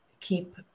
keep